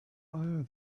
are